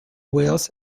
wales